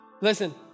Listen